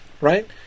Right